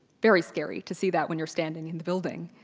very scary to see that when you're standing in the building.